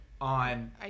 on